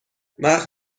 وقت